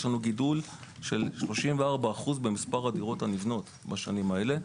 יש לנו גידול של 34% במספר הדירות הנבנות בשנים הללו.